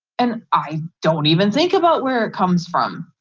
and i don't even think about where it comes from,